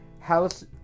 House